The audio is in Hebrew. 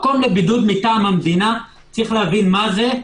מקום לבידוד מטעם המדינה - צריך להבין מה זה.